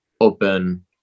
open